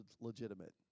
legitimate